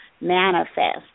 manifest